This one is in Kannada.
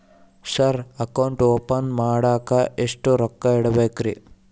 ಸರ್ ಅಕೌಂಟ್ ಓಪನ್ ಮಾಡಾಕ ಎಷ್ಟು ರೊಕ್ಕ ಇಡಬೇಕ್ರಿ?